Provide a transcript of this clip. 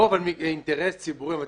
אינטרס ציבורי בתיק.